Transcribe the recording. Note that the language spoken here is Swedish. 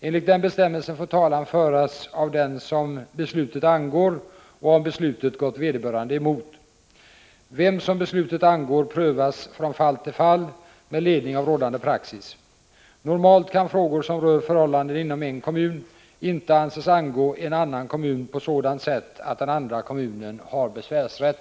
Enligt den bestämmelsen får talan föras av den som beslutet angår, om beslutet gått vederbörande emot. Vem som beslutet angår prövas från fall till fall med ledning av rådande praxis. Normalt kan frågor som rör förhållanden inom en kommun inte anses angå en annan kommun på sådant sätt att den andra kommunen har besvärsrätt.